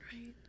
Right